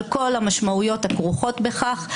על כל המשמעויות הכרוכות בכך,